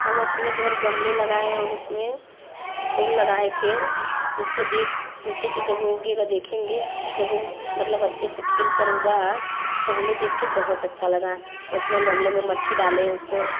हम अपने घर गमले लगाए और उसमें फूल लगाए थे उसको देख सोचे कि जब वह उगेगा देखेंगे जब वह मतलब अच्छे से खिलकर उगा तो हमें देख कर बहुत अच्छा लगा उसमें गमले में मिट्टी डालें उसको